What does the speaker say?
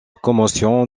commotion